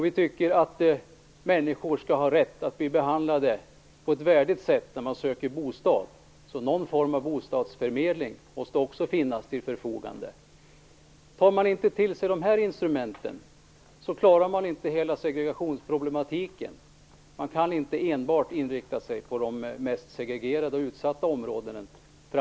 Vi tycker också att människor skall ha rätt att bli behandlade på ett värdigt sätt när de söker bostad. Någon form av bostadsförmedling måste därför också finnas till förfogande. Tar man inte till sig dessa instrument, klarar man inte hela segregationsproblematiken. Man kan inte enbart inrikta sig på de mest segregerade och utsatta områdena.